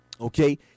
okay